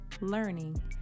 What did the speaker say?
learning